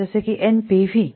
जसे कि एनपीव्ही